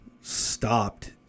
stopped